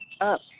up